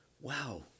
wow